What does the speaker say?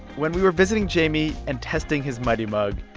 when we were visiting jayme and testing his mighty mug,